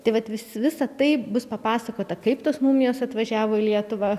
tai vat vis visa tai bus papasakota kaip tos mumijos atvažiavo į lietuvą